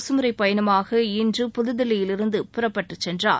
அரசுமுறைப்பயணமாக இன்று புதுதில்லியிலிருந்து புறப்பட்டு சென்றார்